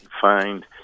find